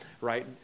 right